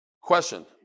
question